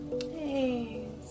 Hey